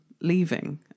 leaving